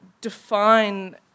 define